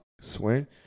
swing